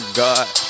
god